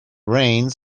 rains